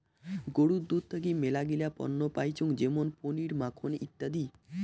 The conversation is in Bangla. গরুর দুধ থাকি মেলাগিলা পণ্য পাইচুঙ যেমন পনির, মাখন ইত্যাদি